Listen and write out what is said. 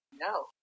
No